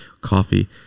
coffee